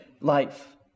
life